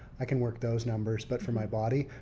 i can work those numbers but for my body,